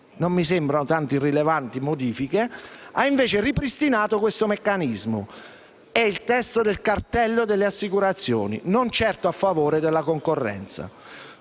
non mi sembrano tanto irrilevanti),» «ha invece ripristinato questo meccanismo: è il testo del cartello delle assicurazioni, non certo a favore della concorrenza».